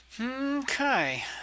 Okay